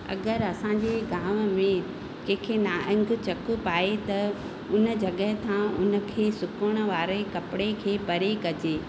अगरि असांजे गांव में कंहिंखें नांगु चकु पाए त उन जॻहि खां उन खे सुकण वारे कपिड़े खे परे कजे